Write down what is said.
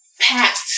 packed